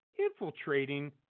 infiltrating